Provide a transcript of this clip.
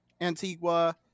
Antigua